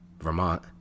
Vermont